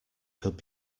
could